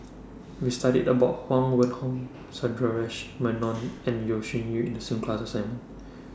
We studied about Huang Wenhong Sundaresh Menon and Yeo Shih Yun in The class assignment